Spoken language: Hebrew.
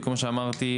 וכמו שאמרתי,